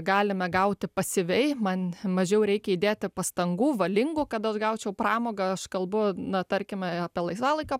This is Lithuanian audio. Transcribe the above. galime gauti pasyviai man mažiau reikia įdėti pastangų valingų kad aš gaučiau pramogą aš kalbu na tarkime apie laisvalaikio